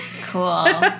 Cool